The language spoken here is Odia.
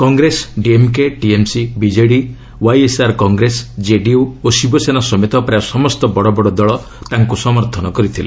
Congress DMK TMC BJD YSR Congress JDU ଓ ଶିବସେନା ସମେତ ପ୍ରାୟ ସମସ୍ତ ବଡ଼ ବଡ଼ ଦଳ ତାଙ୍କୁ ସମର୍ଥନ କରିଥିଲେ